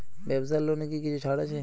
ব্যাবসার লোনে কি কিছু ছাড় আছে?